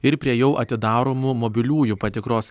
ir prie jau atidaromų mobiliųjų patikros